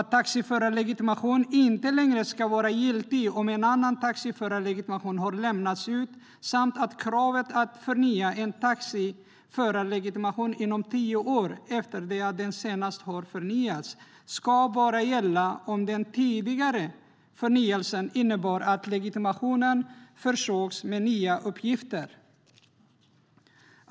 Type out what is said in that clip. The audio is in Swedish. Taxiförarlegitimation ska inte längre vara giltig om en annan taxiförarlegitimation har lämnats ut, och kravet att förnya en taxiförarlegitimation inom tio år efter det att den senast har förnyats ska bara gälla om den tidigare förnyelsen innebar att legitimationen försågs med nya uppgifter.